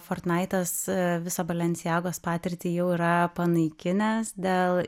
fortnaitas visą balenciagos patirtį jau yra panaikinęs dėl